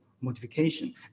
modification